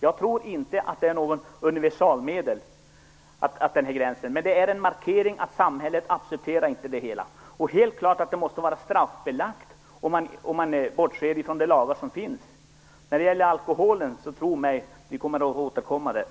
Jag tror inte att det är något universalmedel, men det är en markering av att samhället inte accepterar detta. Helt klart är att det måste vara straffbelagt bortsett från de lagar som redan finns. När det gäller alkoholen återkommer vi - tro mig!